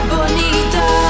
Bonita